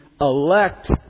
elect